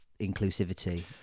inclusivity